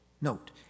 Note